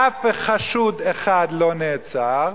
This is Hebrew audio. אף חשוד אחד לא נעצר,